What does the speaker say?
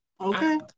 Okay